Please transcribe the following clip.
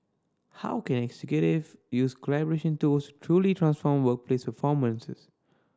how can executives use collaboration tools truly transform workplace performance